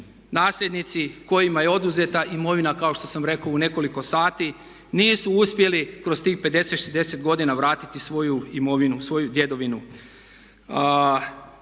nasljednici kojima je oduzeta imovina kao što sam rekao u nekoliko sati nisu uspjeli kroz tih 50, 60 godina vratiti svoju imovinu, svoju djedovinu.